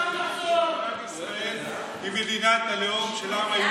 בעיה שמדינת ישראל היא מדינת הלאום של העם היהודי,